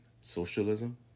socialism